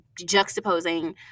juxtaposing